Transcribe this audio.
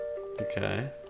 Okay